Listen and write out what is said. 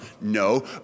No